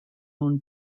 own